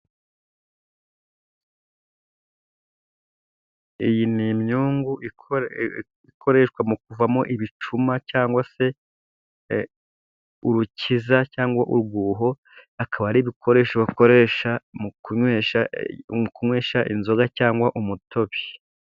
Iyi ni imyungu ikoreshwa mu kuvamo ibicuma cyangwa se urukiza, cyangwa urwuho, akaba ari ibikoresho bakoresha mu kunywesha, inzoga, cyangwa umutobe.